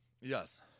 Yes